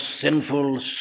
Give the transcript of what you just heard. sinful